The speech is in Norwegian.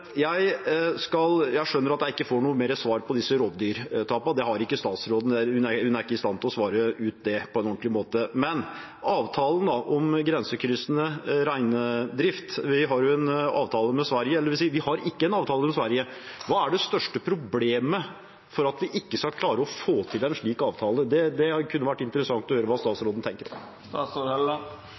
Jeg skjønner at jeg ikke får noe mer svar på disse rovdyrtapene, at statsråden ikke er i stand til å svare ut det på en ordentlig måte, men til avtalen om grensekryssende reindrift: Vi har jo ikke en avtale med Sverige. Hva er det største problemet for at vi ikke skal klare å få til en slik avtale? Det kunne vært interessant å høre hva statsråden tenker om